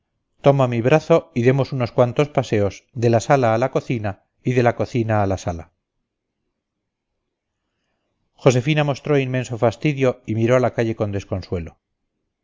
toma mi brazo y demos unos cuantos paseos de la sala a la cocina y de la cocina a la sala josefina mostró inmenso fastidio y miró a la calle con desconsuelo